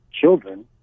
children